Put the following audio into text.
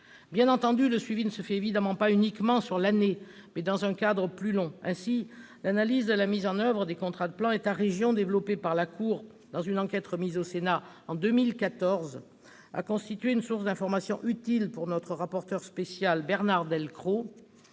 Bien entendu, le suivi se fait évidemment non pas uniquement sur l'année, mais dans un cadre plus long : ainsi, l'analyse de la mise en oeuvre des contrats de plan État-régions, développée par la Cour des comptes dans une enquête remise au Sénat en 2014, a constitué une source d'information utile pour le rapporteur spécial Bernard Delcros.